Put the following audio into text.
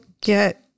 get